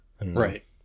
Right